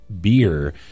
beer